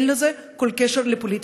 אין לזה כל קשר לפוליטיקה.